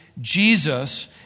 Jesus